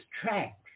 tracks